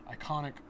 iconic